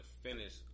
finish